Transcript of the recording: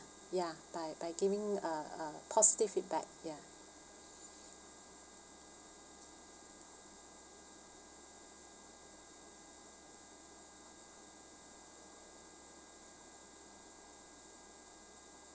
ya by by giving a a positive feedback ya